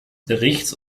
berichts